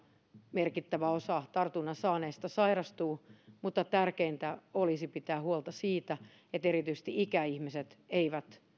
merkittävä osa tartunnan saaneista sairastuu mutta tärkeintä olisi pitää huolta siitä että erityisesti ikäihmiset eivät